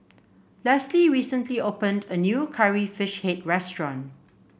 Leslie recently opened a new Curry Fish Head restaurant